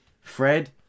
Fred